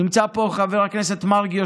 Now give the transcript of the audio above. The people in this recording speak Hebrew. נמצא פה חבר הכנסת מרגי,